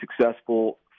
successful